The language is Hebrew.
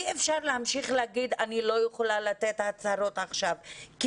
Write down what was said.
אי אפשר להמשיך לומר שאת לא יכולה לתת עכשיו הצהרות כי